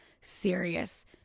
serious